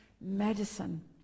medicine